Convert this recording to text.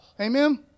Amen